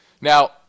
Now